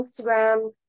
Instagram